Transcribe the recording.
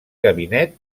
gabinet